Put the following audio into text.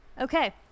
Okay